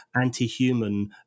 anti-human